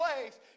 place